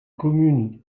communes